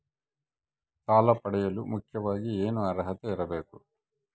ಸಾಲ ಪಡೆಯಲು ಮುಖ್ಯವಾಗಿ ಏನು ಅರ್ಹತೆ ಇರಬೇಕು?